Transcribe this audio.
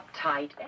uptight